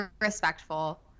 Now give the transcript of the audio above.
respectful